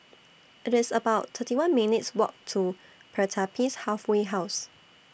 IT IS about thirty one minutes' Walk to Pertapis Halfway House